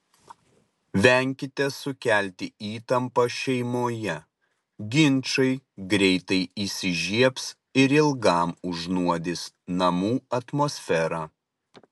venkite sukelti įtampą šeimoje ginčai greitai įsižiebs ir ilgam užnuodys namų atmosferą